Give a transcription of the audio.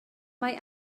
mae